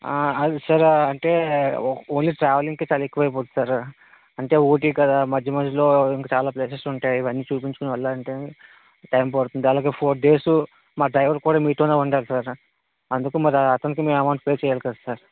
అది సార్ అంటే ఓన్లీ ట్రావెలింగ్కే చాలా ఎక్కువ అయిపోతుంది సార్ అంటే ఊటీ కదా మధ్య మధ్యలో చాలా ప్లేసెస్ ఉంటాయి ఇవన్నీ చూపించుకుంటు వెళ్ళాలంటే టైం పడుతుంది అలాగే ఫోర్ డేస్ మా డ్రైవర్ కూడా మీతోనే ఉండాలి సార్ అందుకు మరి అతనికి మేము అమౌంట్ పే చేయాలి కదా సార్